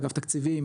אגף תקציבים,